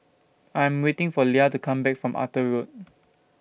I'm waiting For Lia to Come Back from Arthur Road